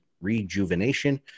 rejuvenation